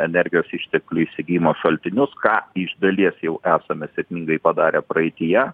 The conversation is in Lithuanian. energijos išteklių įsigijimo šaltinius ką iš dalies jau esame sėkmingai padarę praeityje